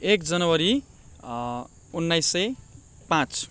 एक जनवरी उन्नाइस सय पाँच